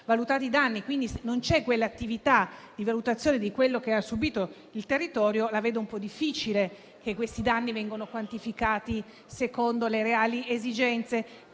valutati i danni, quindi non c'è l'attività di valutazione di ciò che ha subìto il territorio, ritengo sia difficile che i danni siano quantificati secondo le reali esigenze.